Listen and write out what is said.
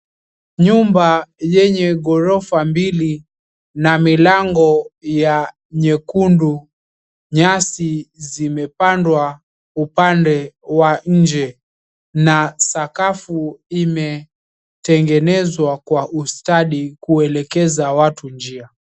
Nyumba yenye ghorofa mbili na milango ya nyekundu. Nyasi zimepandwa upande wa nje na sakafu imetengenezwa kwa ustadi kuelekeza watu njia.